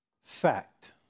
fact